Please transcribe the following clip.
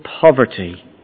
poverty